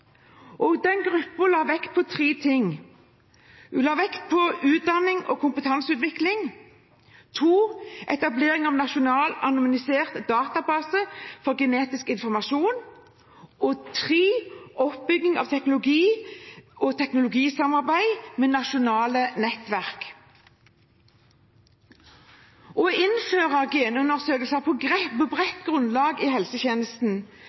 la vekt på tre ting: Utdanning og kompetanseutvikling Etablering av nasjonal anonymisert database over genetisk informasjon Oppbygging av teknologi, teknologisamarbeid med nasjonale faglige nettverk Det å innføre genundersøkelser på bredt grunnlag i helsetjenesten